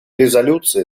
резолюции